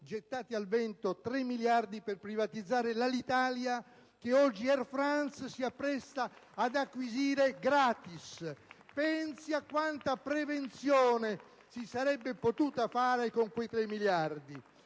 gettati al vento 3 miliardi per privatizzare l'Alitalia, che oggi Air France si appresta ad acquisire gratis. *(Applausi dal Gruppo* *PD)*. Pensi a quanta prevenzione si sarebbe potuta fare con quei 3 miliardi!